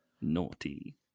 naughty